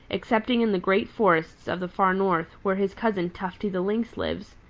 excepting in the great forests of the far north, where his cousin tufty the lynx lives.